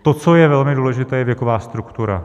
To, co je velmi důležité, je věková struktura.